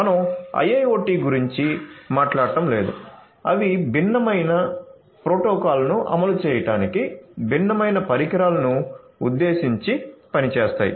మనం IIoT గురించి మాట్లాడటం లేదు అవి భిన్నమైన భిన్నమైన ప్రోటోకాల్లను అమలు చేయడానికి భిన్నమైన పరికరాలను ఉద్దేశించి పనిచేస్తాయి